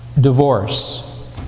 divorce